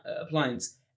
appliance